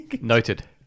Noted